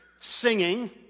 Singing